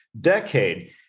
decade